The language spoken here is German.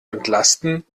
entlasten